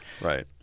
Right